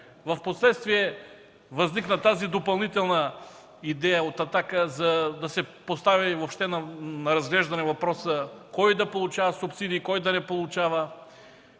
Впоследствие възникна допълнителната идея от „Атака” – да се постави въобще на разглеждане въпросът кой да получава субсидии, кой да не получава